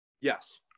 yes